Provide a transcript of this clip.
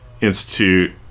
institute